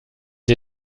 sie